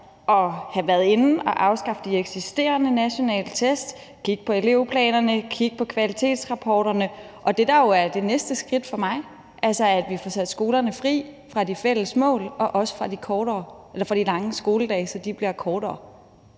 at have været inde og afskaffe de eksisterende nationale test, kigge på elevplanerne, kigge på kvalitetsrapporterne. Og det, der er det næste skridt for mig, er jo, at vi får sat skolerne fri fra de fælles mål og også fra de lange skoledage, så de bliver kortere.